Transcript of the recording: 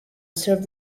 served